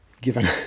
Given